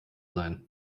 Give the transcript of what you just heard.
sein